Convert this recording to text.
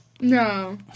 No